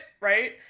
right